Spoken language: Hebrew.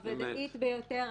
הוודאית ביותר,